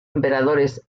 emperadores